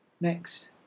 Next